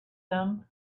them